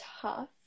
tough